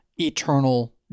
eternal